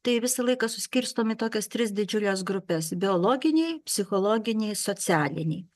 tai visą laiką suskirstom į tokias tris didžiules grupes biologiniai psichologiniai socialiniai